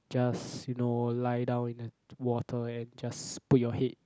just you know lie down in the water and just put your head